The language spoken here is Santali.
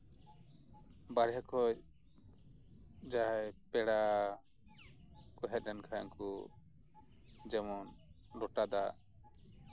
ᱵᱟᱨᱦᱮ ᱠᱷᱚᱡ ᱡᱟᱦᱟᱸᱭ ᱯᱮᱲᱟ ᱠᱚ ᱦᱮᱡ ᱞᱮᱱᱠᱷᱟᱱ ᱩᱱᱠᱩ ᱡᱮᱢᱚᱱ ᱞᱚᱴᱟ ᱫᱟᱜ